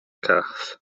cafe